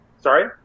sorry